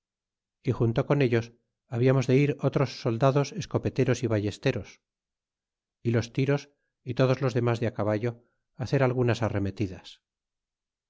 y junto con ellos hablamos de ir otros soldados escopeteros y ballesteros y los tiros y todos los demas de át caballo hacer algunas arremetidas